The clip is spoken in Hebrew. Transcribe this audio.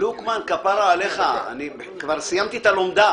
תמיד כשתביא לו תוכנית עבודה לטיפול,